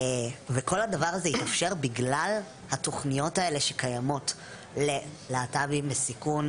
וכל הדבר הזה התאפשר בגלל התוכניות האלה שקיימות ללהט"בים בסיכום,